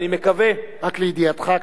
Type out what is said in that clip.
רק לידיעתך,